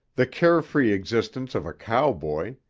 the carefree existence of a cowboy,